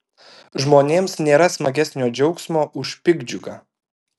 žmonėms nėra smagesnio džiaugsmo už piktdžiugą